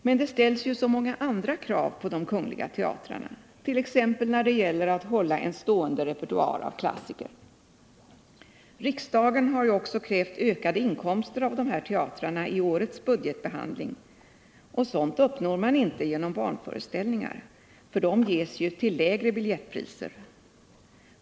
Men det ställs ju så många andra krav på de kungliga teatrarna, t.ex. när det gäller att hålla en stående repertoar av klassiker. Riksdagen har ju också i årets budgetbehandling krävt ökade inkomster av dessa teatrar, och sådant uppnår man inte genom barnföreställningar, eftersom dessa ges till lägre biljettpriser.